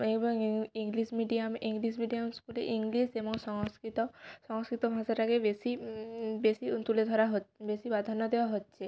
এবং ইং English medium English medium স্কুলে ইংলিশ এবং সংস্কৃত সংস্কৃত ভাষাটাকেই বেশি বেশি তুলে ধরা বেশি প্রাধান্য দেওয়া হচ্ছে